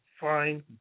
fine